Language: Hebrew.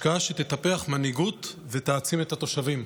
להשקעה שתטפח מנהיגות ותעצים את התושבים.